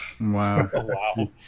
Wow